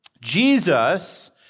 Jesus